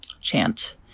chant